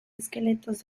esqueletos